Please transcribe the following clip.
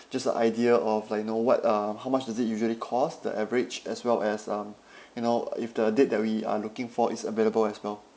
just the idea of like you know what uh how much does it usually cost the average as well as um you know if the date that we are looking for is available as well